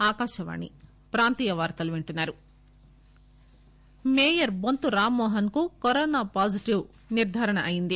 mayor mayor Bonthu Rammohan కు corona positive నిర్గారణ అయ్యింది